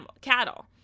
cattle